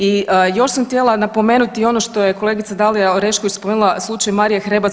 I još sam htjela napomenuti i ono što je kolegica Dalija Orešković spomenula slučaj Marije Hrebac.